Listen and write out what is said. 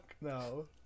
no